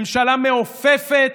ממשלה מעופפת,